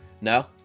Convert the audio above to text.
No